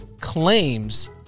claims